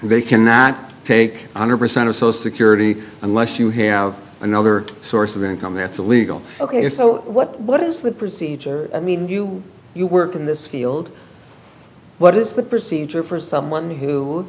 they cannot take on a percent of social security unless you have another source of income that's illegal ok so what what is the procedure i mean you you work in this field what is the procedure for someone who